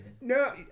No